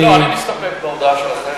אני מסתפק בהודעה שלכם.